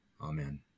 Amen